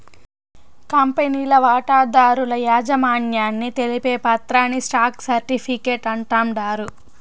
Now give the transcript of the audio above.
కంపెనీల వాటాదారుల యాజమాన్యాన్ని తెలిపే పత్రాని స్టాక్ సర్టిఫీకేట్ అంటాండారు